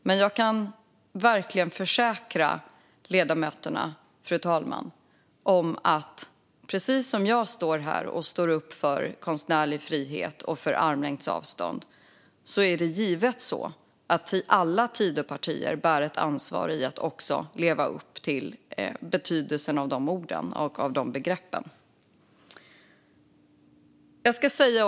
Men jag kan försäkra ledamöterna om att precis som jag står här och står upp för konstnärlig frihet och armlängds avstånd är det givet så att alla Tidöpartier bär ett ansvar att leva upp till betydelsen av de orden och de begreppen.